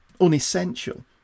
unessential